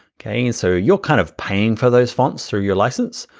okay? and so you're kind of paying for those fonts through your license.